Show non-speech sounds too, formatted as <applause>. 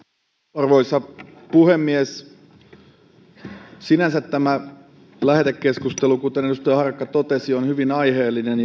arvoisa puhemies sinänsä tämä lähetekeskustelu kuten edustaja harakka totesi on hyvin aiheellinen <unintelligible>